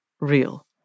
real